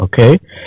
okay